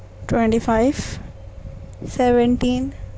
twenty five seventeen